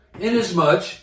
inasmuch